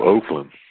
Oakland